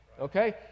Okay